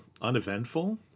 uneventful